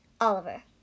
Oliver